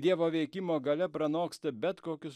dievo veikimo galia pranoksta bet kokius